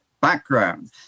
background